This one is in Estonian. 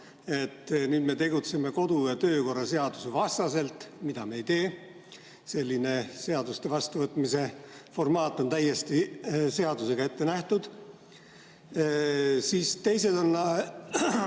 nüüd me tegutseme kodu- ja töökorra seaduse vastaselt. Seda me ei tee. Selline seaduste vastuvõtmise formaat on täiesti seadusega ette nähtud.